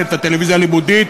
שלנו,